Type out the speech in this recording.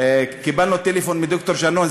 קיבלנו טלפון מד"ר שנון,